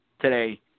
today